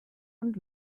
und